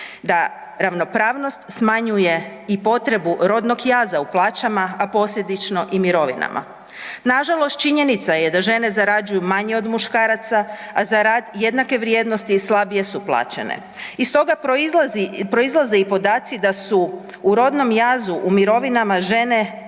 da ravnopravnost smanjuje i potrebu rodnog jaza u plaćama, a posljedično i mirovinama. Nažalost, činjenica je da žene zarađuju manje od muškaraca, a za rad jednake vrijednosti slabije su plaćene. Iz toga proizlazi, proizlaze i podaci da su u rodnom jazu u mirovinama žene